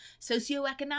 Socioeconomic